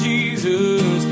Jesus